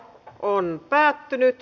keskustelu päättyi